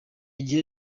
gihe